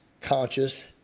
conscious